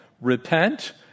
repent